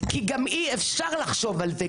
כי גם אי אפשר לחשוב על זה.